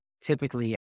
typically